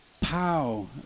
Pow